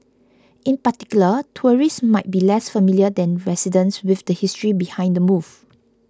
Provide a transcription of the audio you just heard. in particular tourists might be less familiar than residents with the history behind the move